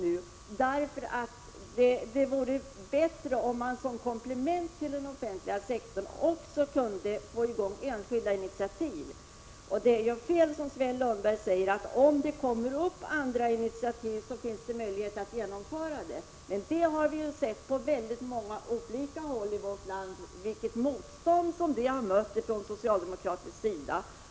Vi anser att det vore bättre om man som komplement till den offentliga sektorn också kunde få in något enskilt initiativ. Sven Lundberg säger att om det kommer upp andra initiativ finns det möjligheter att genomföra dessa. Det är felaktigt. Vi har sett på olika håll i vårt land vilket motstånd sådana initiativ har mött från socialdemokratisk sida.